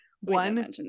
One